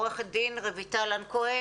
עורכת דין רויטל לן כהן.